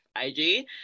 IG